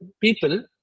people